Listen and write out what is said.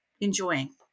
enjoying